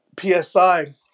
PSI